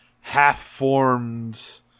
half-formed